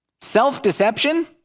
Self-deception